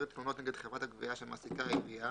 תלונות נגד חברת הגבייה שמעסיקה העירייה